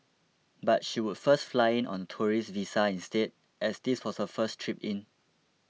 but she would first fly in on a tourist visa instead as this was her first trip in